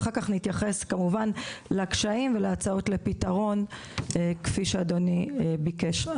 ואחר כך נתייחס כמובן לקשיים ולהצעות לפתרון כפי שאדוני ביקש.